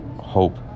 hope